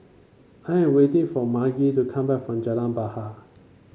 I am waiting for Margy to come back from Jalan Bahar